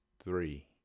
Three